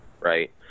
right